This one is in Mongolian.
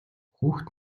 хүүхэд